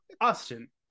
austin